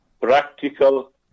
practical